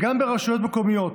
גם ברשויות מקומיות